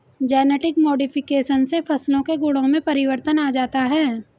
genetic modification से फसलों के गुणों में परिवर्तन आ जाता है